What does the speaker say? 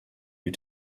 you